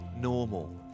normal